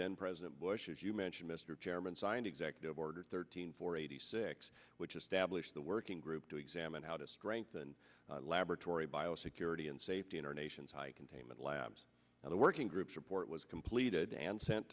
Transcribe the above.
then president bush as you mentioned mr chairman signed executive order thirteen for eighty six which established the working group to examine how to strengthen laboratory bio security and safety in our nation's high containment labs and the working group's report was completed and sent